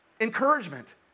encouragement